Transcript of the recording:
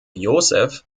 joseph